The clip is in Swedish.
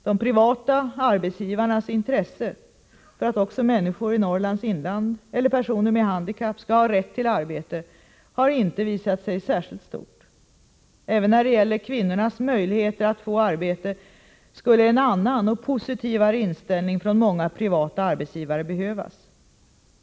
De privata arbetsgivarnas intresse för att också människor i Norrlands inland eller personer med handikapp skall ha rätt till arbete har inte visat sig vara särskilt stort. Även när det gäller kvinnornas möjligheter att få arbete skulle en annan och positivare inställning från många privata arbetsgivare behövas.